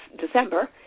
December